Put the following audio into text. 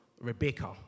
Rebecca